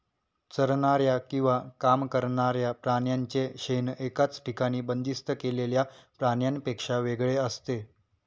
चरणाऱ्या किंवा काम करणाऱ्या प्राण्यांचे शेण एकाच ठिकाणी बंदिस्त केलेल्या प्राण्यांपेक्षा वेगळे असते